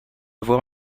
avoir